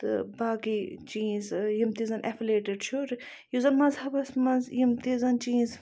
تہٕ باقٕے چیٖز یِم تہِ زَن اٮ۪فِلیٹٕڈ چھُ یُس زَن مَذہَبَس منٛز یِم تہِ زَن چیٖز